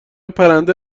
پرنده